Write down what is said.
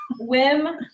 Wim